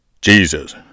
Jesus